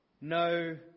No